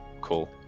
cool